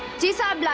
decent.